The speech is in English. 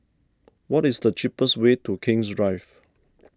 what is the cheapest way to King's Drive